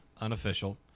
unofficial